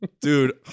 Dude